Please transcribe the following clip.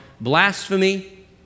blasphemy